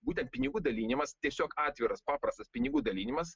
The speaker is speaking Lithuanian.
būtent pinigų dalinimas tiesiog atviras paprastas pinigų dalinimas